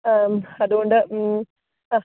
ആം അതുകൊണ്ട് ആ